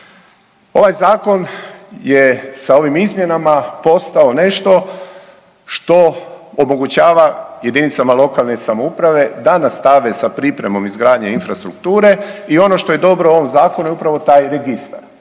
Ovaj zakon je sa ovim izmjenama postao nešto što omogućava jedinicama lokalne samouprave da nastave sa pripremom izgradnje infrastrukture i ono što je dobro u ovom zakonu je upravo taj registar.